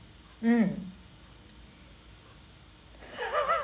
mm